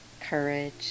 courage